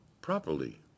properly